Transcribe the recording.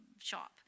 shop